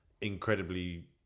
incredibly